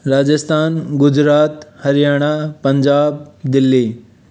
Rajasthan Gujarat Haryana Punjab Delhi